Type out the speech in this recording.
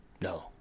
No